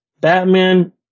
Batman